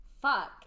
Fuck